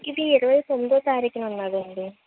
ఇది ఇరవై తొమ్మిదవ తారీఖున ఉన్నది అండి